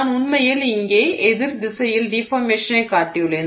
நான் உண்மையில் இங்கே எதிர் திசையில் டிஃபார்மேஷனைக் காட்டியுள்ளேன்